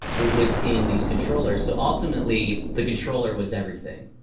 it was in these controllers. so ultimately, the controller was everything.